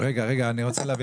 רגע, רגע, אני רוצה להבין.